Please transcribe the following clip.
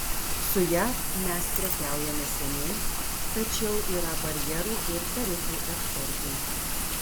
su jav mes prekiaujame seniai tačiau yra barjerų ir tarifų eksportui